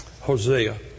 Hosea